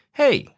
hey